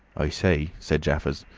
i say! said jaffers,